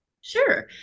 Sure